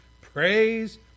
praise